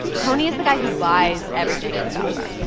tony is the guy who buys everything at the salad bar.